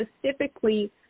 specifically